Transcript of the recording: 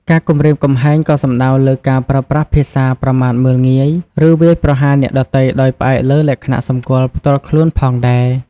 ការគំរាមកំហែងក៏សំដៅលើការប្រើប្រាស់ភាសាប្រមាថមើលងាយ ឬវាយប្រហារអ្នកដទៃដោយផ្អែកលើលក្ខណៈសម្គាល់ផ្ទាល់ខ្លួនផងដែរ។